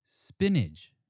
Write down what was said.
Spinach